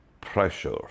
pressure